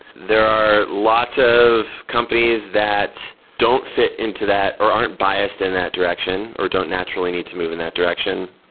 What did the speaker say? there are lots of companies that don't fit into that or aren't biased in that direction or don't naturally need to move in that direction.